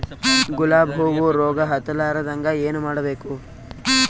ಗುಲಾಬ್ ಹೂವು ರೋಗ ಹತ್ತಲಾರದಂಗ ಏನು ಮಾಡಬೇಕು?